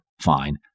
fine